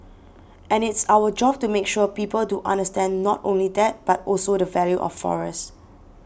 and it's our job to make sure people do understand not only that but also the value of forest